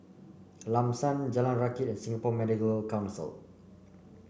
Lam San Jalan Rakit and Singapore Medical Council